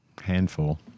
Handful